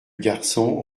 garçon